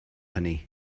hynny